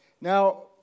Now